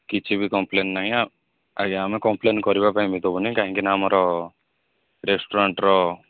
କିଛି ବି କମ୍ପଲେନ୍ ନାହିଁ ଆଉ ଆଜ୍ଞା ଆମେ କମ୍ପଲେନ୍ କରିବା ପାଇଁ ବି ଦେବୁନି କାହିଁକିନା ଆମର ରେଷ୍ଟୁରାଣ୍ଟ୍ର